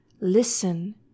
Listen